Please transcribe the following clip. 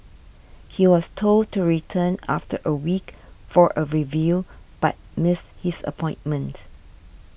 he was told to return after a week for a review but missed his appointment